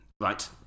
right